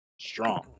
strong